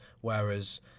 whereas